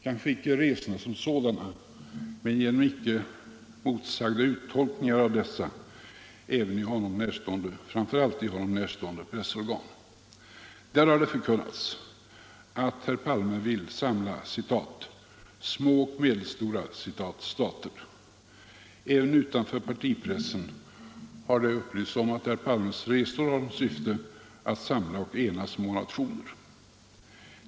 Kanske icke genom resorna som sådana men genom icke motsagda uttolkningar av dessa, framför allt i statsministern närstående pressorgan. I dessa har det förkunnats att herr Palme vill samla ”små och medelstora” stater. Även utanför partipressen har det upplysts om att herr Palmes resor har till syfte att samla och ena små nationer.